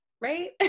right